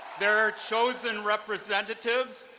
their chosen representatives,